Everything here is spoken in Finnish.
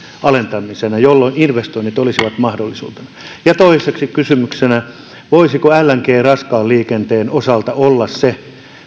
alentamisena jolloin investoinnit olisivat mahdollisuutena toiseksi kysymyksenä voisiko lng raskaan liikenteen osalta olla se